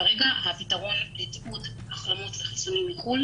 כרגע הפתרון לתיעוד החלמות וחיסונים מחו"ל